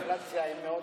הייתה אינפלציה של מאות